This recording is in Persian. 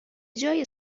جای